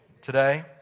Today